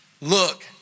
look